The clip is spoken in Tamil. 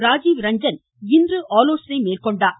ராஜீவ் ரஞ்சன் இன்று ஆலோசனை மேற்கொண்டார்